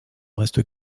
reste